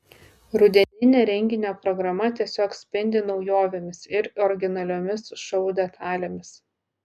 rudeninė renginio programa tiesiog spindi naujovėmis ir originaliomis šou detalėmis